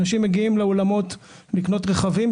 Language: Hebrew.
אנשים מגיעים לאולמות לקנות רכבים.